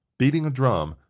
beating a drum,